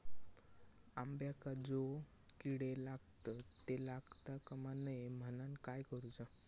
अंब्यांका जो किडे लागतत ते लागता कमा नये म्हनाण काय करूचा?